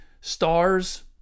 stars